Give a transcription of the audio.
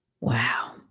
wow